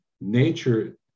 Nature